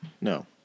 no